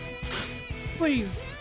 please